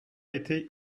été